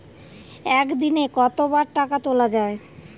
একদিনে কতবার টাকা তোলা য়ায়?